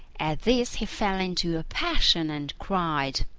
at this he fell into a passion and cried,